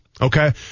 Okay